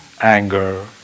anger